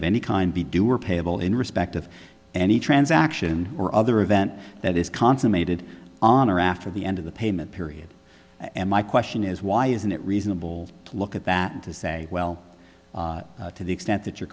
of any kind be do or payable in respect of any transaction or other event that is consummated on or after the end of the payment period and my question is why isn't it reasonable to look at that to say well to the extent that you're